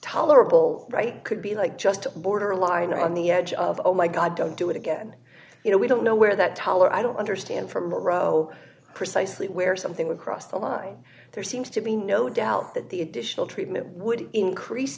tolerable right could be like just borderline on the edge of oh my god don't do it again you know we don't know where that tower i don't understand from morrow precisely where something would cross the line there seems to be no doubt that the additional treatment would increase